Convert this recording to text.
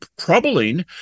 troubling